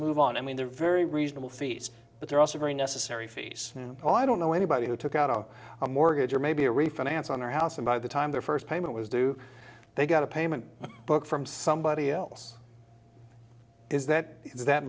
move on i mean the very reasonable fees but they're also very necessary fees and oh i don't know anybody who took out a mortgage or maybe a refinance on their house and by the time their first payment was due they got a payment book from somebody else is that is that